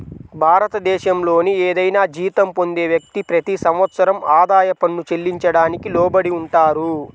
భారతదేశంలోని ఏదైనా జీతం పొందే వ్యక్తి, ప్రతి సంవత్సరం ఆదాయ పన్ను చెల్లించడానికి లోబడి ఉంటారు